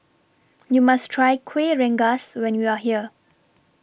YOU must Try Kueh Rengas when YOU Are here